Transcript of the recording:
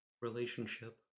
Relationship